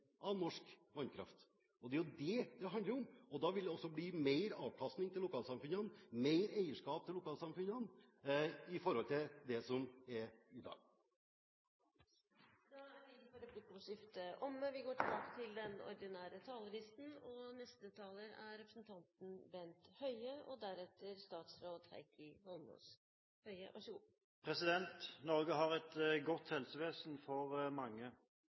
av norsk vannkraft. Det er jo det det handler om. Da vil det også bli mer avkastning til lokalsamfunnene, mer eierskap til lokalsamfunnene, i forhold til det som er i dag. Replikkordskiftet er